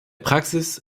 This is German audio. praxis